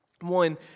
One